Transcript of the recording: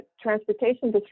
transportation